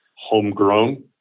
homegrown